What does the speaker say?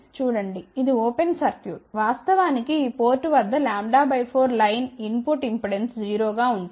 చూడండి ఇది ఓపెన్ సర్క్యూట్వాస్తవానికి ఈ పోర్ట్ వద్ద λ 4 లైన్ ఇన్ పుట్ ఇంపెడెన్స్ 0 గా ఉంటుంది